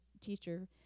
teacher